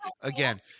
Again